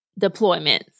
deployments